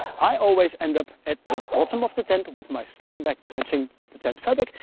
i always end up at the bottom of the tent with my sleeping bag touching the tent fabric,